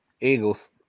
Eagles